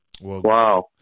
Wow